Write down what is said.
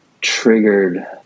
triggered